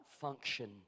function